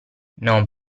non